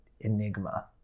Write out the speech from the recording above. enigma